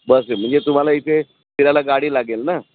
बस आहे म्हणजे तुम्हाला इथे फिरायला गाडी लागेल ना